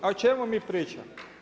A o čemu mi pričamo?